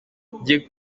ukwiye